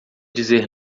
dizer